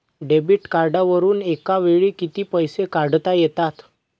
Debit कार्डवरुन एका वेळी किती पैसे काढता येतात?